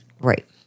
Right